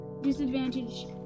disadvantage